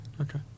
Okay